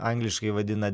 angliškai vadina